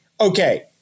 Okay